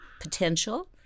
potential